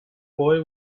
boy